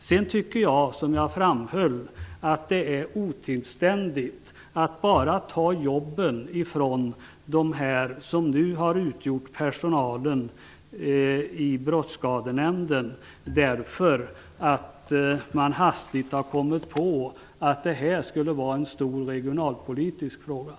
Precis som jag tidigare framhöll, är det otillständigt att bara ta jobben från dem som nu utgjort personal i Brottsskadenämnden därför att man plötsligt kommit på att denna fråga skulle vara en stor regionalpolitisk sådan.